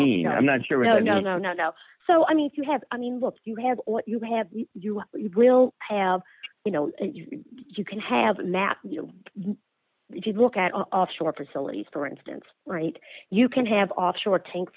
mean i'm not sure really no no no no so i mean if you have i mean you have what you have you will have you know you can have a map if you look at offshore facilities for instance right you can have offshore tank